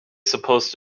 supposed